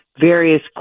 various